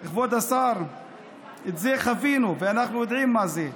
את זה חווינו ואנחנו יודעים מה זה.